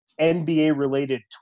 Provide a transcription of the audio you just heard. NBA-related